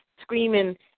screaming